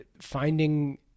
finding